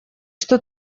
что